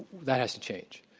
that has to change.